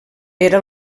era